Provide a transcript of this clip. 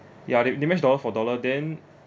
ya they they matched dollar for dollar then